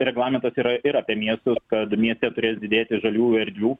reglamentas yra ir apie miestus kad mieste turės didėti žaliųjų erdvių